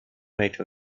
make